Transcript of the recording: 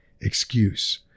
excuse